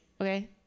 Okay